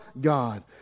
God